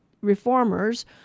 reformers